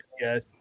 yes